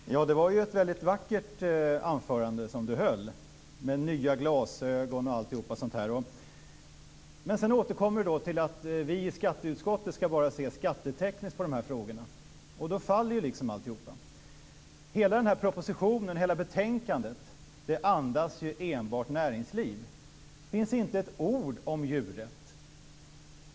Fru talman! Det var ju ett vackert anförande som Lena Sandlin-Hedman höll, om nya glasögon och sådant. Men sedan återkom hon till att vi i skatteutskottet bara ska se skattetekniskt på de här frågorna, och då faller ju liksom alltihop. Hela propositionen, hela betänkandet andas enbart näringsliv. Det finns inte ett ord om djurrätt.